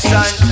Sun